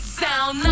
sound